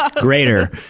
greater